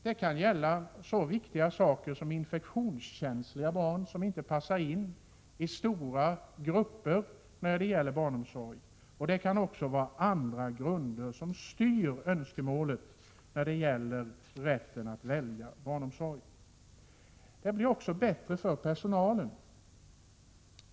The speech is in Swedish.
Det kan gälla något så viktigt som infektionskänsliga barn som inte passar in i stora grupper i barnomsorgen. Det kan naturligtvis också vara andra grunder som styr önskemålen när det gäller rätten att välja barnomsorg. Det borgerliga förslaget leder också till att det blir bättre för personalen.